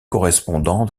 correspondant